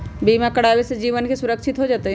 बीमा करावे से जीवन के सुरक्षित हो जतई?